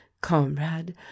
Comrade